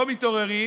לא מתעוררים,